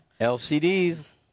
LCDs